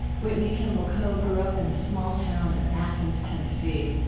whitney kimball coe grew up in the small town of athens, tennessee.